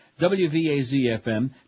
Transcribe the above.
WVAZ-FM